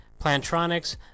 Plantronics